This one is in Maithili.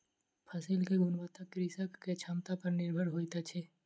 फसिल के गुणवत्ता कृषक के क्षमता पर निर्भर होइत अछि